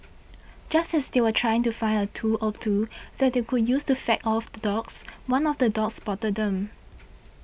just as they were trying to find a tool or two that they could use to fend off the dogs one of the dogs spotted them